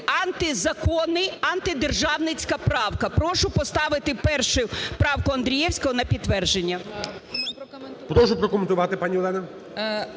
антизаконна, антидержавна правка. Прошу поставити першою правку Андрієвського на підтвердження. ГОЛОВУЮЧИЙ. Прошу прокоментувати, пані Олено.